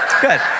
good